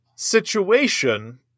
situation